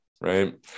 right